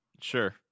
Sure